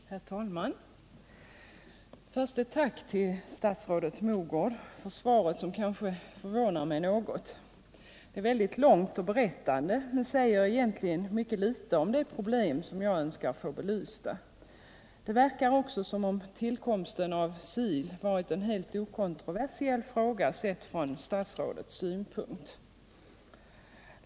Herr talman! Först ett tack till statsrådet Mogård för svaret, som förvånar mig något. Det är långt och berättande men säger egentligen mycket litet om de problem som jag önskar få belysta. Det verkar också som om tillkomsten av SIL varit en helt okontroversiell fråga sett från statsrådets synpunkt.